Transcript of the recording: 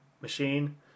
machine